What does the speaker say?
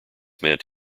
meant